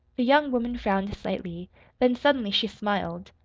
the young woman frowned slightly then suddenly she smiled.